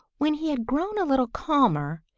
when he had grown a little calmer,